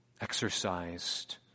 exercised